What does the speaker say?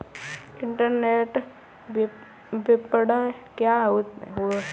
Internet विपणन क्या होता है?